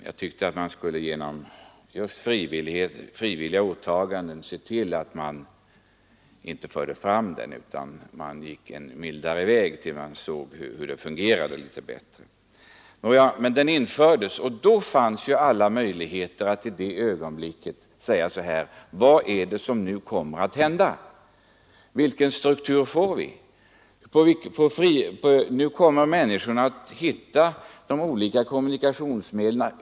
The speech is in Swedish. Jag tyckte att man borde gå en mildare väg tills man litet bättre såg hur det hela fungerade och om man inte just genom frivilliga åtaganden kunde undgå ransonering. Bensinransoneringen infördes emellertid, och då fanns alla möjligheter att fråga sig: Vad kommer att hända? Vilken resandestruktur får vi? Nu kommer människorna att hitta de olika kommunikationsmedlen.